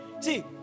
see